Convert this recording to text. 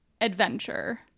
adventure